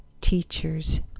teachers